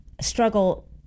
struggle